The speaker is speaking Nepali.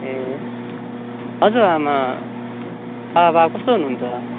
ए हवस् आमा बाबा कस्तो हुनु हुन्छ